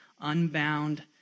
unbound